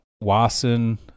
Wasson